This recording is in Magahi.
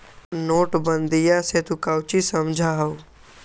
नोटबंदीया से तू काउची समझा हुँ?